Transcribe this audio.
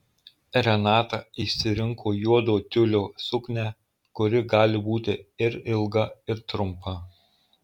renata išsirinko juodo tiulio suknią kuri gali būti ir ilga ir trumpa